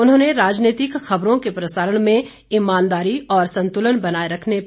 उन्होंने राजनीतिक खबरों के प्रसारण में ईमानदारी और संतुलन बनाए रखने पर बल दिया